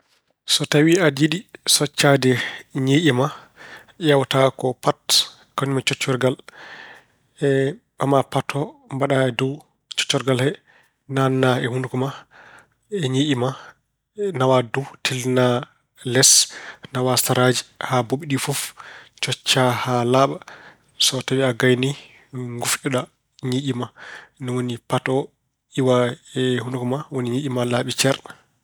So tawi aɗa yiɗi soccaade ñiiƴe ma, ƴeewata ko pat kañum e coccorgal. Ɓamaa pat oo mbaɗaa e dow coccorgal ngal he, naatna e hunuko ma, e ñiiƴe ma. Nawaa dow, tellinaa les, nawaa saraaji haa boɓi ɗii fof, coccaa haa laaɓa. So tawi a gayni, ngufƴoɗa ñiiƴe ma. Ni woni pat o iwa e hunuko ma. Ni woni ñiiƴe ma laaɓii ceer!